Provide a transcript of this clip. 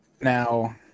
Now